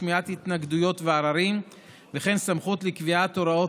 שמיעת התנגדויות ועררים וכן סמכות לקביעת הוראות